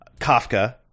Kafka